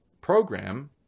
program